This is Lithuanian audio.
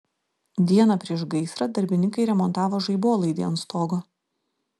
dieną prieš gaisrą darbininkai remontavo žaibolaidį ant stogo